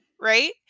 right